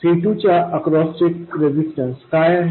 C2 च्या across चे resistance काय आहे